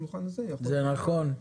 זה --- נכון,